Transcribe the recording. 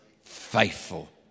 faithful